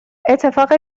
اتفاق